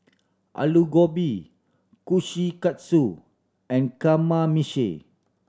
Alu Gobi Kushikatsu and Kamameshi